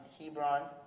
Hebron